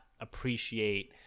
appreciate